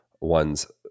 one's